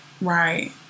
right